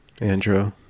Andrew